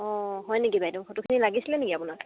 অঁ হয় নেকি বাইদেউ ফটোখিনি লাগিছিলেনেকি আপোনাক